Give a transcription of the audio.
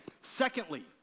Secondly